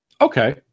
Okay